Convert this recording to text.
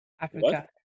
africa